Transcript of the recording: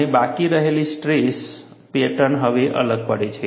અને બાકી રહેલી સ્ટ્રેસ પેટર્ન હવે અલગ પડે છે